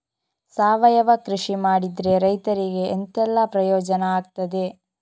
ಸಾವಯವ ಕೃಷಿ ಮಾಡಿದ್ರೆ ರೈತರಿಗೆ ಎಂತೆಲ್ಲ ಪ್ರಯೋಜನ ಆಗ್ತದೆ?